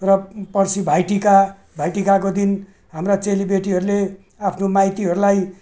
र पर्सि भाइटिका भाइटिकाको दिन हाम्रा चेलीबेटीहरूले आफ्नो माइतीहरूलाई